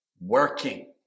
working